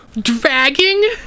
Dragging